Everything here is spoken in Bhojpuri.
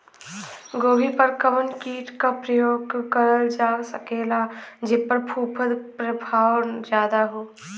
गोभी पर कवन कीट क प्रयोग करल जा सकेला जेपर फूंफद प्रभाव ज्यादा हो?